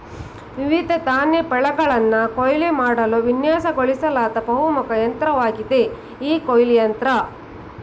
ವಿವಿಧ ಧಾನ್ಯ ಬೆಳೆಗಳನ್ನ ಕೊಯ್ಲು ಮಾಡಲು ವಿನ್ಯಾಸಗೊಳಿಸ್ಲಾದ ಬಹುಮುಖ ಯಂತ್ರವಾಗಿದೆ ಈ ಕೊಯ್ಲು ಯಂತ್ರ